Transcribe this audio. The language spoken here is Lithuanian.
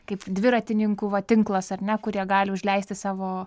kaip dviratininkų va tinklas ar ne kur jie gali užleisti savo